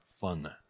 fun